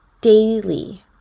daily